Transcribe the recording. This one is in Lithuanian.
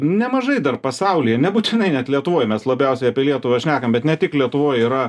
nemažai dar pasaulyje nebūtinai net lietuvoj mes labiausiai apie lietuvą šnekam bet ne tik lietuvoj yra